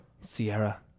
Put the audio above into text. Sierra